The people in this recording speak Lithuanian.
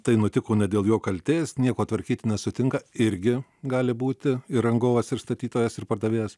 tai nutiko ne dėl jo kaltės nieko tvarkyti nesutinka irgi gali būti ir rangovas ir statytojas ir pardavėjas